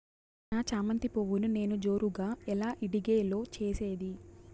నా చామంతి పువ్వును నేను జోరుగా ఎలా ఇడిగే లో చేసేది?